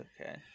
okay